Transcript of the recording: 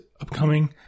upcoming